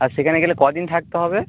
আর সেখানে গেলে কদিন থাকতে হবে